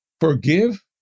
forgive